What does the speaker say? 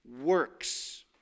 works